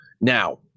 now